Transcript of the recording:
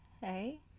Hey